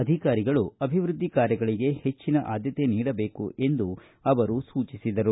ಅಧಿಕಾರಿಗಳು ಅಭಿವೃದ್ದಿ ಕಾರ್ಯಗಳಗೆ ಹೆಚ್ಚಿನ ಆದ್ಭತೆ ನೀಡಬೇಕು ಎಂದು ಸೂಚಿಸಿದರು